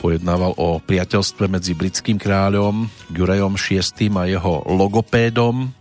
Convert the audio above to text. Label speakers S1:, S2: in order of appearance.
S1: pojednával o priateľstve medzi britským kráľom Jurajom VI a jeho logopédom.